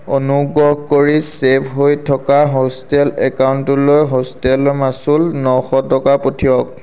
অনুগ্ৰহ কৰি চে'ভ হৈ থকা হোষ্টেল একাউণ্টটোলৈ হোষ্টেল মাচুল নশ টকা পঠিয়াওক